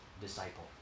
disciple